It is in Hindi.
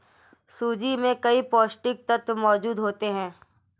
सूजी में कई पौष्टिक तत्त्व मौजूद होते हैं